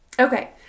Okay